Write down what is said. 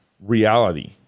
reality